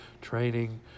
training